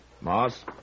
Moss